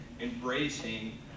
embracing